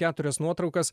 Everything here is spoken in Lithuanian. keturias nuotraukas